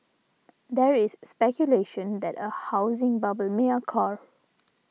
there is speculation that a housing bubble may occur